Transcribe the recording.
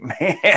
man